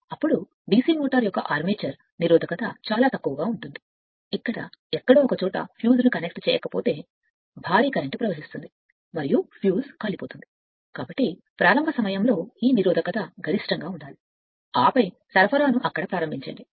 అప్పుడు DC motor యొక్క armature నిరోధకత చాలా తక్కువగా ఉంటుంది ఇక్కడ ఎక్కడో ఒకచోట ఫ్యూజ్ను కనెక్ట్ చేయకపోతే భారీ కరెంట్ ప్రవహిస్తుంది మరియు ఫ్యూజ్ పేలుతుంది కాబట్టి ప్రారంభ సమయంలో ఈ నిరోధకత గరిష్టంగా ఉండాలి ఆపై సరఫరాను అక్కడ ప్రారంభించండి